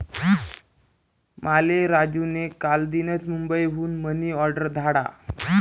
माले राजू नी कालदीनच मुंबई हुन मनी ऑर्डर धाडा